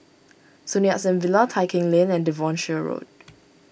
Sun Yat Sen Villa Tai Keng Lane and Devonshire Road